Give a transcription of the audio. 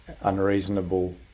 unreasonable